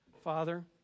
Father